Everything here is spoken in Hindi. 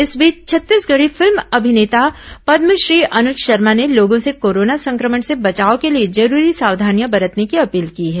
इस बीच छत्तीसगेढ़ी फिल्म अभिनेता पद्मश्री अनुज शर्मा ने लोगों से कोरोना संक्रमण से बचाव के लिए जरूरी सावधानियां बरतने की अपील की है